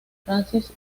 francis